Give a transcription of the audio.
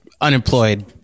unemployed